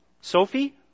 Sophie